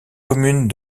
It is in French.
communes